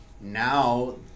now